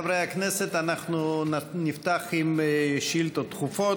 חברי הכנסת, אנחנו נפתח עם שאילתות דחופות.